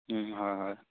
হয় হয়